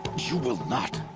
you will not!